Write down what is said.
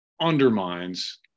undermines